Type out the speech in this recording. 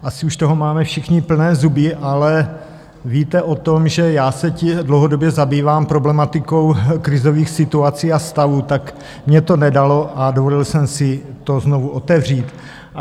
Asi už toho máme všichni plné zuby, ale víte o tom, že já se dlouhodobě zabývám problematikou krizových situací a stavů, tak mně to nedalo a dovolil jsem si to znovu otevřít.